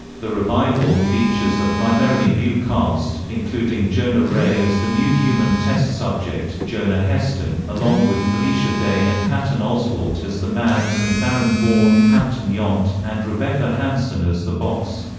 the revival features a primarily new cast, including jonah ray as the new human test subject, jonah heston, along with felicia day and patton oswalt as the mads and baron vaughn, hampton yount, and rebecca hanson as the bots.